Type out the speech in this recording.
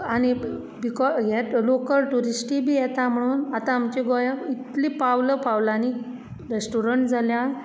आनी बिकोझ हें लोकल ट्युरीस्टूय बी येता म्हणून आता आमच्या गोंयांक इतली पावलां पावलांनी रेस्टोरंट जाल्यात